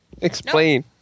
Explain